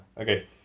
Okay